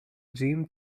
gym